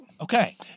Okay